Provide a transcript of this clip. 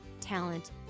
talent